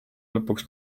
lõpuks